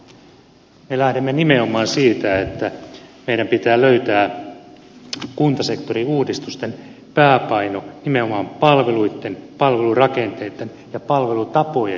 me lähdemme nimenomaan siitä että meidän pitää löytää kuntasektorin uudistusten pääpaino nimenomaan palveluitten palvelurakenteitten ja palvelutapojen uudistamiseen